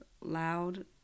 loud